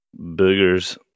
boogers